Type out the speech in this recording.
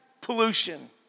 pollution